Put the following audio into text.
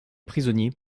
prisonnier